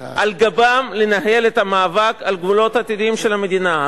על גבם לנהל את המאבק על הגבולות העתידיים של המדינה.